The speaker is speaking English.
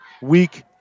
week